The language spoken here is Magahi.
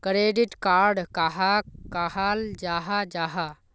क्रेडिट कार्ड कहाक कहाल जाहा जाहा?